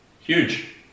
Huge